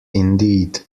indeed